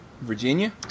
Virginia